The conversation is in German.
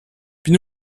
die